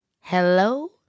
Hello